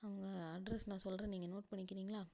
அவங்க அட்ரஸ் நான் சொல்கிறேன் நீங்கள் நோட் பண்ணிக்கிறிங்களா